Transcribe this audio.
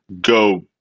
go